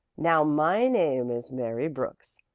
now, my name is mary brooks.